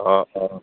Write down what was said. অঁ অঁ